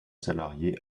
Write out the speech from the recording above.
salariés